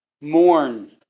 Mourn